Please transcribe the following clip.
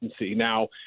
Now